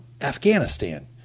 Afghanistan